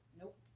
Nope